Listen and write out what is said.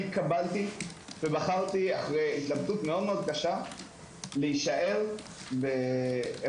אני התקבלתי ובחרתי אחרי התלבטות מאוד קשה להישאר באירופה